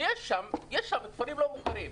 שיש שם כפרים לא מוכרים.